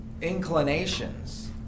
inclinations